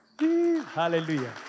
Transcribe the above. Hallelujah